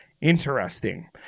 Interesting